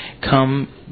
come